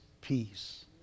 peace